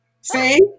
See